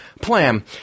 plan